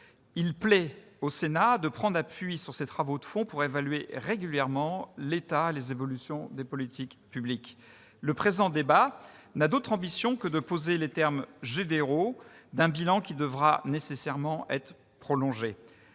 Il plaît au Sénat de prendre appui sur ces travaux de fond pour évaluer régulièrement l'état et les évolutions des politiques publiques. Le présent débat n'a d'autre ambition que de poser les termes généraux d'un bilan, qui devra nécessairement être prolongé.